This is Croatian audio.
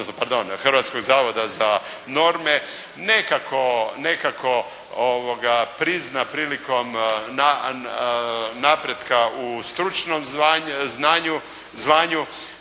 Hrvatskog zavoda za norme, nekako prizna prilikom napretka u stručnom zvanju,